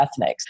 ethnics